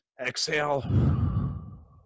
Exhale